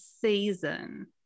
season